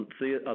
see